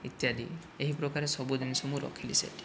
ଇତ୍ୟାଦି ଏହି ପ୍ରକାର ସବୁ ଜିନିଷ ମୁଁ ରଖିଲି ସେଠି